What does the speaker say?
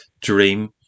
dream